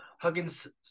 Huggins